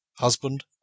Husband